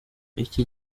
iki